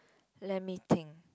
let me think